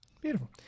Beautiful